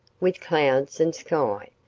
with clouds and sky,